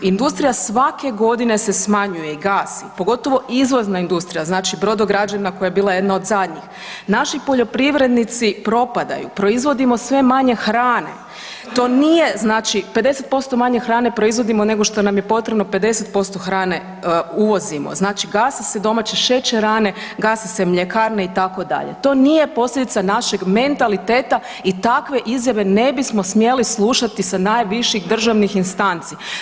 Industrija svake godine se smanjuje i gasi, pogotovo izvozna industrija, znači brodograđevna koja je bila jedna od zadnjih, naši poljoprivrednici propadaju, proizvodimo sve manje hrane, to nije znači, 50% manje hrane proizvodimo nego što nam je potrebno, 50% hrane uvozimo, znači gase se domaće šećerane, gase se mljekarne, itd., to nije posljedica našem mentaliteta i takve izjave ne bismo smjeli slušati sa najviših državnih instanci.